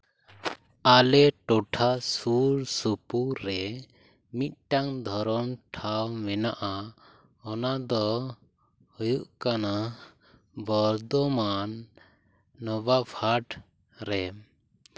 ᱟᱞᱮ ᱴᱚᱴᱷᱟ ᱥᱩᱨ ᱥᱩᱯᱩᱨ ᱨᱮ ᱢᱤᱫᱴᱟᱱ ᱫᱷᱚᱨᱚᱢ ᱴᱷᱟᱶ ᱢᱮᱱᱟᱜᱼᱟ ᱚᱱᱟ ᱫᱚ ᱦᱩᱭᱩᱜ ᱠᱟᱱᱟ ᱵᱚᱨᱫᱷᱚᱢᱟᱱ ᱱᱚᱵᱟᱵᱽ ᱦᱟᱴ ᱨᱮ